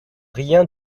rien